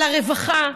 על הרווחה,